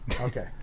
Okay